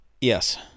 Yes